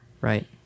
Right